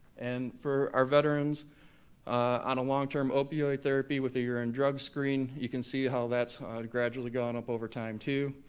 and for our veterans on a long-term opioid therapy with a urine drug screen, you can see how that's gradually gone up over time, too.